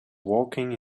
walking